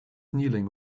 kneeling